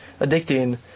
addicting